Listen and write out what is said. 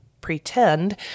pretend